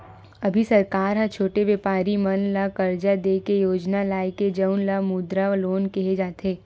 अभी सरकार ह छोटे बेपारी मन ल करजा दे के योजना लाए हे जउन ल मुद्रा लोन केहे जाथे